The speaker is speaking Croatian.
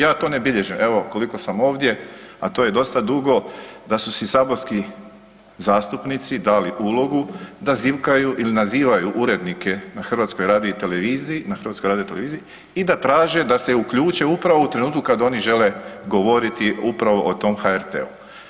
Ja to ne bilježim, evo koliko sam ovdje, a to je dosta dugo, da su si saborski zastupnici dali ulogu da zivkaju ili nazivaju urednike na HRT-u i da traže da se uključe upravo u trenutku kad oni žele govoriti upravo o tom HRT-u.